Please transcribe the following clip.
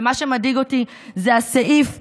ומה שמדאיג אותי זה הסעיף שאומר: